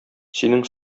синең